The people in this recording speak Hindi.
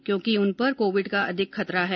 क्योंकि उन पर कोविड का अधिक खतरा है